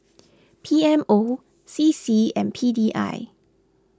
P M O C C and P D I